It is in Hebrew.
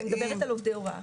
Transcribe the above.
חל על עובדי הוראה.